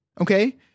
Okay